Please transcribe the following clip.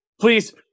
please